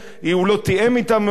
הוא לא תיאם אתה מעולם,